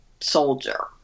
soldier